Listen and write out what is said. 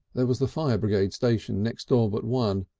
there was the fire brigade station next door but one.